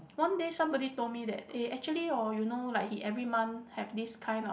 one day somebody told me that eh actually hor you know like he every month have this kind of